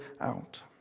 out